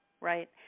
Right